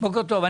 בוקר טוב.